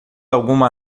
alguma